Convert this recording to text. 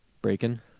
Breaking